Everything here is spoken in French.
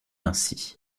ainsi